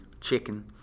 chicken